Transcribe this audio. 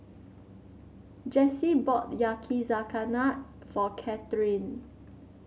Jessy bought Yakizakana for Katherin